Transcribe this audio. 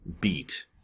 beat